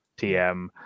tm